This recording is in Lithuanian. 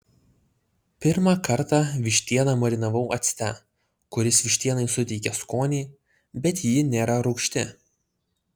pirmą kartą vištieną marinavau acte kuris vištienai suteikia skonį bet ji nėra rūgšti